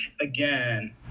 again